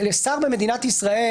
שר במדינת ישראל,